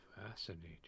fascinating